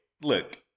look